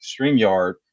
StreamYard